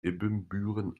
ibbenbüren